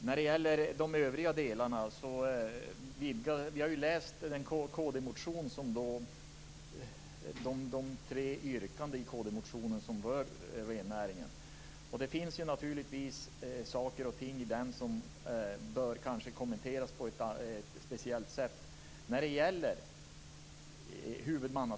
När det gäller de övriga delarna så har vi läst de tre yrkanden i kd-motionen som rör rennäringen. Det finns naturligtvis saker och ting i dem som bör kommenteras på ett speciellt sätt.